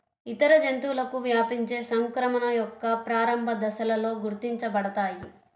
ఇతర జంతువులకు వ్యాపించే సంక్రమణ యొక్క ప్రారంభ దశలలో గుర్తించబడతాయి